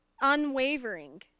unwavering